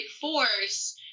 force